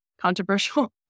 controversial